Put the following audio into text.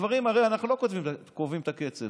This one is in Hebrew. הרי אנחנו לא קובעים את הקצב.